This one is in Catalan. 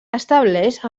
estableix